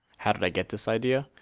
how did i get this idea?